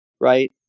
right